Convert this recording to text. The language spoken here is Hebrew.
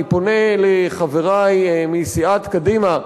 אני פונה לחברי מסיעת קדימה,